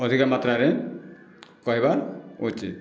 ଅଧିକା ମାତ୍ରାରେ କହିବା ଉଚିତ